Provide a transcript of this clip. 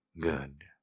Good